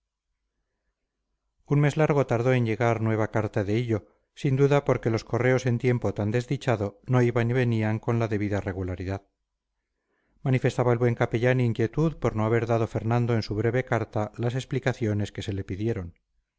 un mes largo tardó en llegar nueva carta de hillo sin duda porque los correos en tiempo tan desdichado no iban y venían con la debida regularidad manifestaba el buen capellán inquietud por no haber dado fernando en su breve carta las explicaciones que se le pidieron